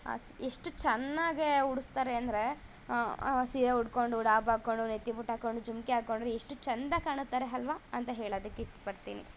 us ಎಷ್ಟು ಚೆನ್ನಾಗೇ ಉಡಿಸ್ತಾರೆ ಅಂದರೆ ಸೀರೆ ಉಟ್ಟುಕೊಂಡು ಡಾಬು ಹಾಕೊಂಡು ನೆತ್ತಿ ಬೊಟ್ಟು ಹಾಕೊಂಡು ಜುಮುಕಿ ಹಾಕೊಂಡ್ರೆ ಎಷ್ಟು ಚಂದ ಕಾಣುತ್ತಾರೆ ಅಲ್ಲವಾ ಅಂತ ಹೇಳೋದಿಕ್ಕೆ ಇಷ್ಟಪಡ್ತೀನಿ